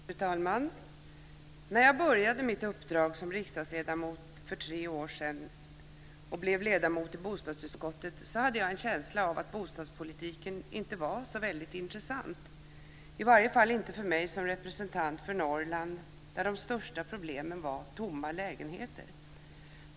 Fru talman! När jag började mitt uppdrag som riksdagsledamot för tre år sedan och blev ledamot i bostadsutskottet hade jag en känsla av att bostadspolitiken inte var så väldigt intressant, i varje fall inte för mig som representant för Norrland, där de största problemen var tomma lägenheter.